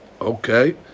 Okay